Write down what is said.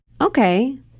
Okay